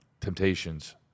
temptations